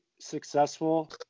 successful